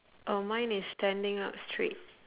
oh mine is standing up straight